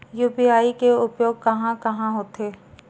UPI के उपयोग कहां कहा होथे?